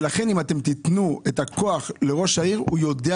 ולכן אם אתם תיתנו את הכוח לראש העיר הוא ידע